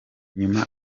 nyuma